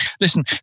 Listen